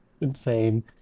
Insane